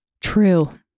true